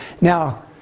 Now